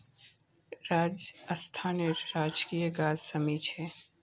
राजस्थानेर राजकीय गाछ शमी छे